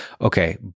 Okay